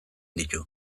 ditu